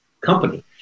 company